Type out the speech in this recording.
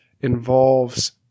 involves